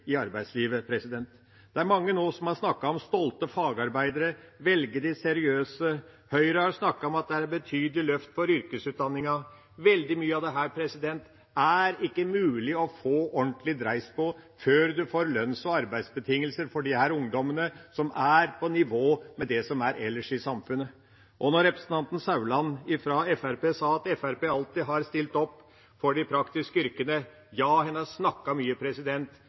har snakket om stolte fagarbeidere, å velge de seriøse. Høyre har snakket om at det er et betydelig løft for yrkesutdanningene. Veldig mye av dette er det ikke mulig å få ordentlig dreis på før vi får lønns- og arbeidsbetingelser for disse ungdommene som er på nivå med det man har ellers i samfunnet. Og når representanten Meininger Saudland fra Fremskrittspartiet sier at Fremskrittspartiet alltid har stilt opp for de praktiske yrkene – ja, en har snakket mye,